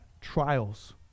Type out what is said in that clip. trials